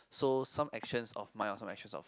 so some actions of mine or some actions of